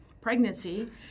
pregnancy